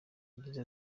yagize